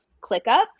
ClickUp